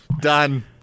done